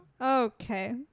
Okay